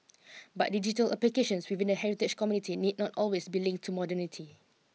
but digital applications within the heritage community need not always be linked to modernity